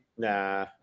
Nah